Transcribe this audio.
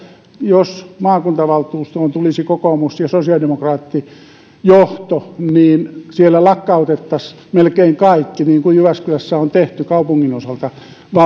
jos maakuntavaltuustoon tulisi kokoomus ja sosiaalidemokraattijohto niin siellä lakkautettaisiin melkein kaikki niin kuin jyväskylässä on tehty kaupungin osalta yhdistetty